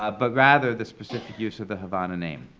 ah but rather the specific use of the havana name.